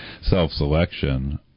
self-selection